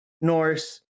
Norse